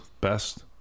best